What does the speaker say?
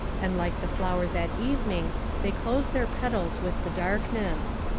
and like the flowers at evening they close their petals with the darkness.